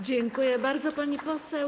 Dziękuję bardzo, pani poseł.